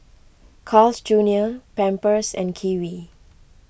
Carl's Junior Pampers and Kiwi